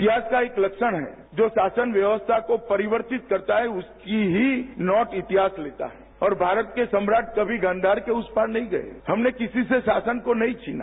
इतिहास का एक लक्षण है जो शासन व्यवस्था को परिवर्तित करता है उसकी ही नोट इतिहास लेता है और भारत के सम्राट कभी गंधार के उस पार नहीं गए हमने किसी से शासन को नहीं छीना